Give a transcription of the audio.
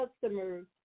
customers